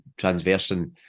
transversing